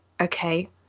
Okay